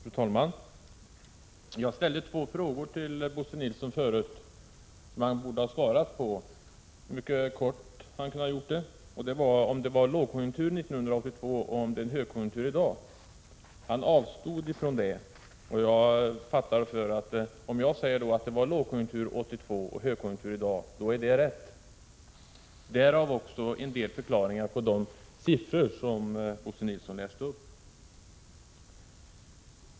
Fru talman! Jag ställde två frågor till Bo Nilsson som han borde ha svarat på — han kunde ha gjort det mycket kort. Var det lågkonjunktur 1982 och är det högkonjunktur nu? Han avstod från att svara, och jag fattar detta så att om jag säger att det var lågkonjunktur 1982 och högkonjunktur i dag, så är det rätt. Därav får man en del förklaringar till de siffror som Bo Nilsson läste upp.